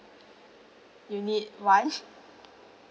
unit one